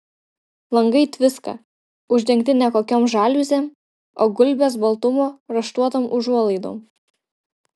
langai tviska uždengti ne kokiom žaliuzėm o gulbės baltumo raštuotom užuolaidom